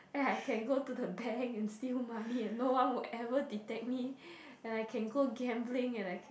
then I can go to the bank and steal money and no one will ever detect me and I can go gambling and I can